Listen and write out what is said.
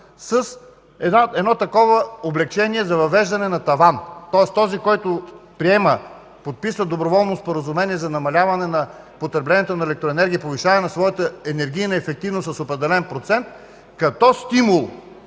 с такова облекчение за въвеждане на таван. Тоест този, който подписва доброволно споразумение за намаляване потреблението на електроенергия и повишаване на своята енергийна ефективност с определен процент като стимул,